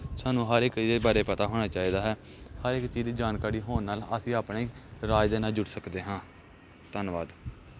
ਸਾਨੂੰ ਹਰ ਇੱਕ ਇਹਦੇ ਬਾਰੇ ਪਤਾ ਹੋਣਾ ਚਾਹੀਦਾ ਹੈ ਹਰ ਇੱਕ ਚੀਜ਼ ਦੀ ਜਾਣਕਾਰੀ ਹੋਣ ਨਾਲ ਅਸੀਂ ਆਪਣੇ ਰਾਜ ਦੇ ਨਾਲ ਜੁੜ ਸਕਦੇ ਹਾਂ ਧੰਨਵਾਦ